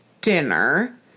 dinner